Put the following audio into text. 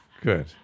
good